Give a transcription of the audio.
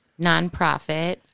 nonprofit